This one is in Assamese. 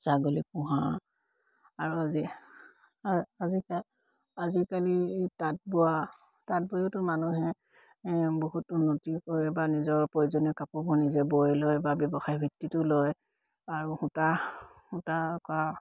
ছাগলী পোহা আৰু আজিকালি তাঁত বোৱা তাঁত বৈতো মানুহে বহুত উন্নতি কৰে বা নিজৰ প্ৰয়োজনীয় কাপোৰ নিজে বৈ লয় বা ব্যৱসায় ভিত্তিটো লয় আৰু সূতা কৰা